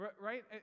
right